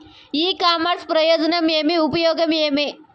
ఇ commerce ప్రయోజనం ఏమి? ఉపయోగం ఏమి?